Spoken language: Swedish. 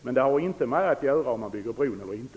Men det har ju inte att göra med om man bygger bron eller inte.